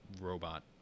robot